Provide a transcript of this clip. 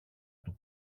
του